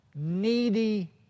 needy